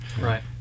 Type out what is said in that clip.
Right